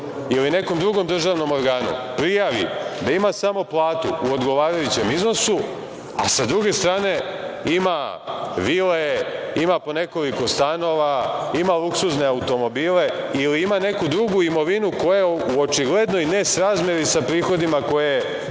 ili nekom drugom državnom organu prijavi da ima samo platu u odgovarajućem iznosu, a sa druge strane ima vile, ima po nekoliko stanova, ima luksuzne automobile ili ima neku drugu imovinu koja je u očiglednoj nesrazmeri sa prihodima koje je